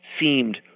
seemed